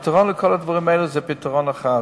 הפתרון לכל הדברים האלה הוא פתרון אחד: